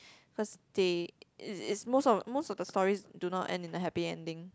first they is is most of most of the stories do not end in a happy ending